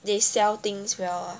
they sell things well